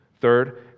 Third